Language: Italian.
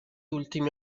ultimi